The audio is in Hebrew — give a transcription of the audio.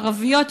ערביות,